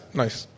nice